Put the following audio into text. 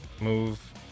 move